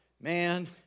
man